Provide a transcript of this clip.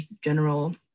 general